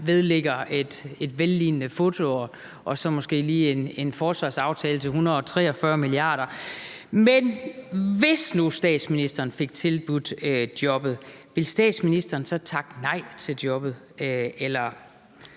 vedlægger et vellignende foto og så måske lige laver en forsvarsaftale til 143 mia. kr. Men hvis nu statsministeren fik tilbudt jobbet, ville statsministeren så takke nej til jobbet,